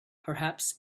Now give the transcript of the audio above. perhaps